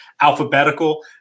alphabetical